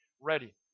ready